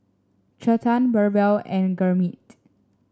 Chetan BirbaL and Gurmeet